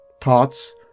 thoughts